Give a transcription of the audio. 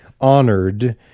honored